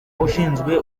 ushinzwe